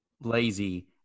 lazy